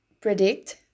predict